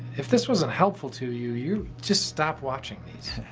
if this wasn't helpful to you, you just stop watching these.